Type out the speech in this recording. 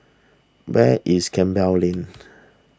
where is Campbell Lane